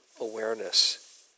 awareness